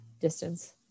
distance